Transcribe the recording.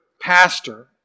pastor